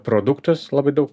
produktus labai daug